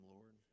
Lord